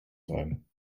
sein